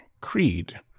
creed